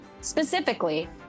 Specifically